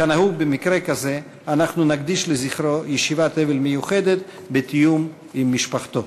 כנהוג במקרה כזה אנחנו נקדיש לזכרו ישיבת אבל מיוחדת בתיאום עם משפחתו.